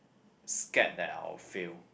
scared that I'll fail